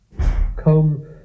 Come